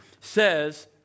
says